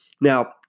Now